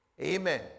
amen